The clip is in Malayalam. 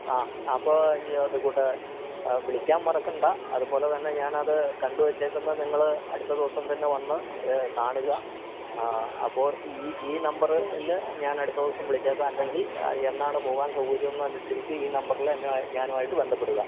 ആ അപ്പോൾ ഇത് കൂട്ട് വിളിക്കാൻ മറക്കണ്ട അതുപോലെ തന്നെ ഞാൻ അത് കണ്ടു വച്ചേക്കുന്ന നിങ്ങൾ അടുത്ത ദിവസം തന്നെ വന്ന് ഇത് കാണുക അപ്പോൾ ഈ ഈ നംബറ്ൽ ഞാൻ അടുത്ത ദിവസം വിളിച്ചേക്കാം അല്ലെങ്കിൽ എന്നാണ് പോകാൻ സൗകര്യം എന്നത് അനുസരിച്ച് ഈ നംബറിൽ എന്നെ ഞാനും ആയിട്ട് ബന്ധപ്പെടുക